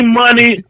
money